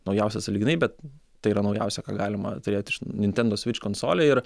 naujausia sąlyginai bet tai yra naujausia ką galima turėti iš nintendo svič konsolė ir